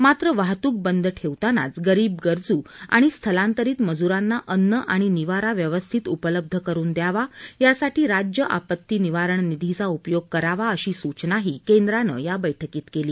मात्र वाहतूक बंद ठेवतानांच गरीब गरजू आणि स्थलांतरित मजुरांना अन्न आणि निवारा व्यवस्थित उपलब्ध करून द्यावा यासाठी राज्य आपत्ती निवारण निधीचा उपयोग करावा अशी सूचनाही केंद्रानं या बैठकीत केली